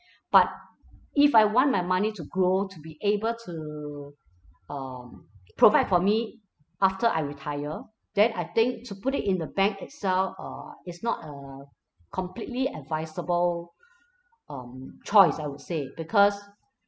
but if I want my money to grow to be able to um provide for me after I retire then I think to put it in the bank itself uh is not a completely advisable um choice I would say because